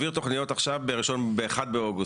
להעביר אותו לגוף חברתי לשימוש,